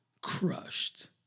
crushed